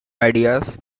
ideas